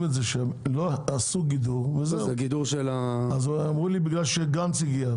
תעשו גידור, אז אמרו לי בגלל שגנץ הגיע.